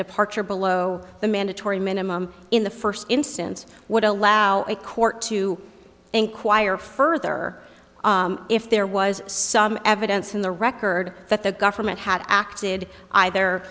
departure below the mandatory minimum in the first instance would allow a court to inquire further if there was some evidence in the record that the government had acted either